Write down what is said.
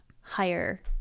higher